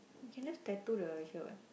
you can just tattoo the here what